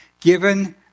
given